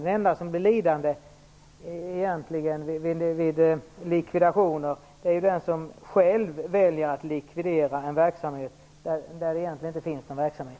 Den enda som blir lidande vid likvidationer är ju egentligen den som själv väljer att likvidera en verksamhet där det egentligen inte finns någon verksamhet.